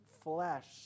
flesh